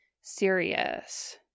serious